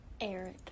Eric